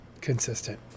consistent